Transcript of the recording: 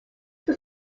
was